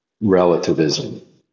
relativism